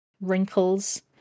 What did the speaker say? wrinkles